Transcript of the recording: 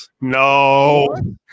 No